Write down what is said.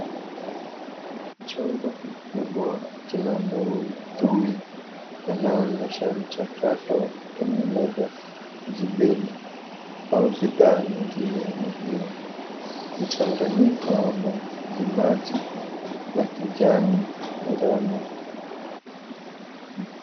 Chombo kikubwa kina maudhui ya kuonyesha mchakato wa kutengeneza jijini, au bidhaa nyingine ya maziwa. Mchanganyiko wa majimaji na kijani ngano.